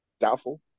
doubtful